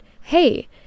hey